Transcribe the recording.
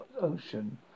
ocean